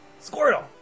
Squirtle